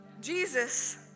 Jesus